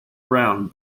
brown